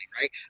right